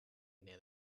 near